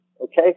okay